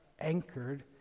anchored